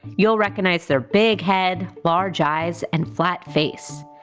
you'll recognize their big head, large eyes and flat face.